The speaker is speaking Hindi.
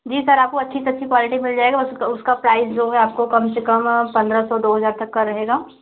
जी सर आपको अच्छी सी अच्छी क्वालिटी मिल जाएगा उस उसका प्राइस जो है आपको कम से कम पन्द्रह सौ से दो हज़ार तक का रहेगा